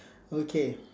okay